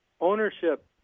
ownership